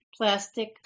Plastic